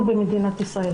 מצבן יותר טוב משהיה.